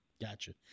Gotcha